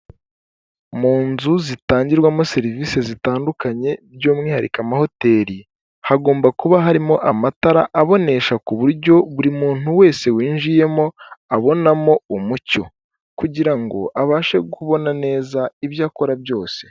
Munzu zitangirwamo serivisi zitandukanye by'umwihariko amahoteli hagomba kuba harimo amatara abonesha ku buryo buri muntu wese winjiyemo abonamo umucyo kugira ngo abashe kubona neza ibyo akora byose .